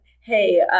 hey